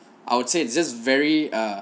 I would say it's just very ah